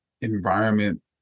environment